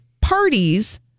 parties